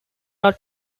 are